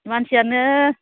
मानसियानो